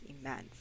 immense